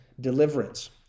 deliverance